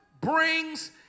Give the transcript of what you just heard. brings